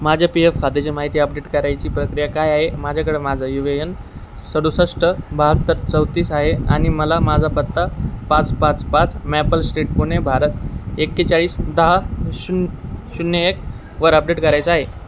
माझ्या P F खात्याची माहिती अपडेट करायची प्रक्रिया काय आहे माझ्याकडं माझा यू ए एन सदुसष्ट बहात्तर चौतीस आहे आणि मला माझा पत्ता पाच पाच पाच मॅपल स्ट्रीट पुणे भारत एक्केचाळीस दहा शून्य शून्य एकवर अपडेट करायचा आहे